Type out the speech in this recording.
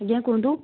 ଆଜ୍ଞା କୁହନ୍ତୁ